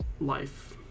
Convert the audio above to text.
life